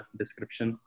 description